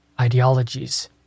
ideologies